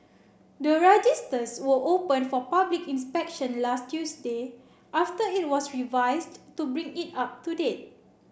the registers were opened for public inspection last Tuesday after it was revised to bring it up to date